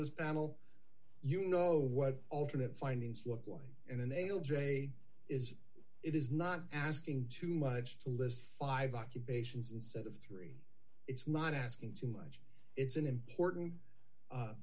this panel you know what alternate findings look like in a nail day is it is not asking too much to list five occupations instead of three it's not asking too much it's an important